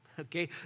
Okay